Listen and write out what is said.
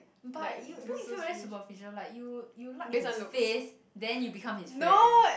but you don't you feel superficial like you you like his face then you become his friend